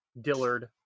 Dillard